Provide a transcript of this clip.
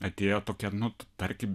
atėjo tokia nu tarkim